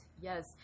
yes